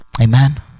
amen